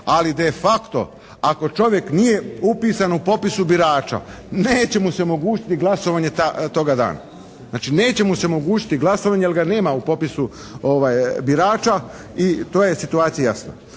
ali «de facto» ako čovjek nije upisan u popisu birača neće mu se omogućiti glasovanje toga dana. Znači neće mu se omogućiti glasovanje jer ga nema u popisu birača i to je situacija jasna.